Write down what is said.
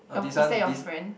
is that your friend